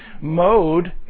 Mode